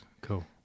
Cool